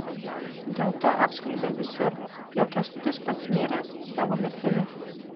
dėlto apskelbė visur jog kęstutis pats miręs savo mirtimi